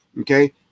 Okay